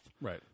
Right